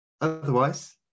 otherwise